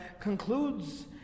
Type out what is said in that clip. concludes